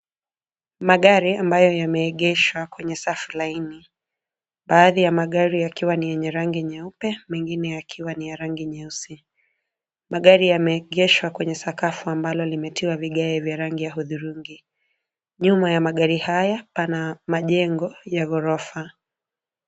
Magari ambayo yameegeshwa kwenye safu laini. Baadhi ya magari yakiwa ni yenye rangi nyeupe, mengine yakiwa ni ya rangi nyeusi. Magari yameegeshwa kwenye sakafu ambalo limetiwa vigae vya rangi ya hudhurungi. Nyuma ya magari haya pana majengo ya ghorofa.